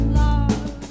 love